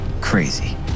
crazy